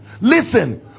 Listen